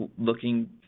looking